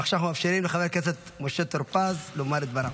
ועכשיו אנחנו מאפשרים לחבר הכנסת משה טור פז לומר את דבריו.